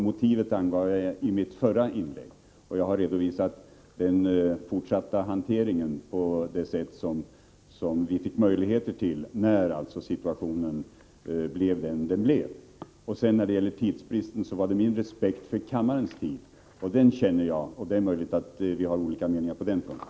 Motivet angav jag i mitt förra inlägg, och jag har redovisat den fortsatta hanteringen på det sätt som vi fick möjligheter till när situationen blev den den blev. När det gäller tidsbristen handlade det om min respekt för kammarens tid — den känner jag. Det är möjligt att vi har olika uppfattningar på den punkten.